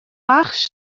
بخش